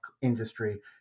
industry